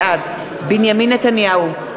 בעד בנימין נתניהו,